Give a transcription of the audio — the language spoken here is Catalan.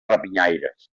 rapinyaires